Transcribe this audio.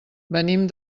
venim